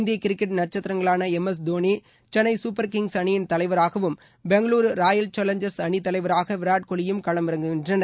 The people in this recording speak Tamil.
இந்திய கிரிக்கெட் நட்கத்திரங்களான M S Dhoni Chennai Super Kings அணியின் தலைவராகவும் பெங்களுரு ராயல் சேலஞ்சர்ஸ் அணித்தலைவராக விராட் கோலியும் களம் இறங்குகின்றனர்